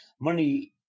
money –